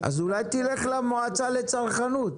--- אז אולי תלך למועצה לצרכנות,